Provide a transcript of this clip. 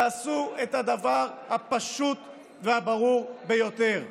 תעשו את הדבר הפשוט והברור ביותר.